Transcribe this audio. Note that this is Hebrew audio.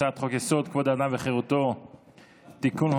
הצעת חוק-יסוד: כבוד האדם וחירותו (תיקון,